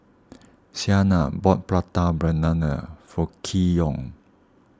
Siena bought Prata Banana for Keyon